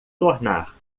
tornar